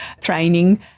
training